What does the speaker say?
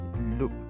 look